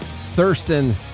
Thurston